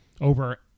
over